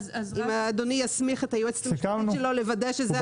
אם אדוני יסמיך את היועצת המשפטית שלו לוודא שזה הנוסח.